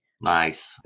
Nice